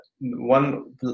one